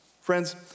Friends